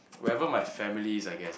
where ever my family is I guess